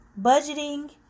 budgeting